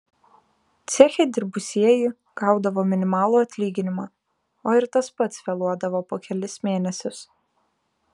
ceche dirbusieji gaudavo minimalų atlyginimą o ir tas pats vėluodavo po kelis mėnesius